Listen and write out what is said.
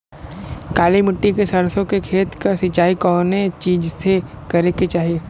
काली मिट्टी के सरसों के खेत क सिंचाई कवने चीज़से करेके चाही?